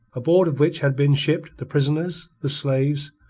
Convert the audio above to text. aboard of which had been shipped the prisoners, the slaves,